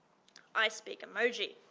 i speak emoji.